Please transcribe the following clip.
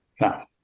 Now